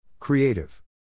Creative